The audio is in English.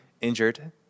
Injured